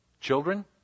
Children